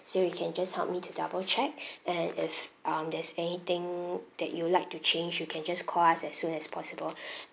so you can just help me to double check and if um there's anything that you would like to change you can just call us as soon as possible